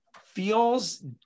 feels